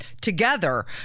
together